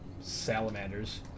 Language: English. salamanders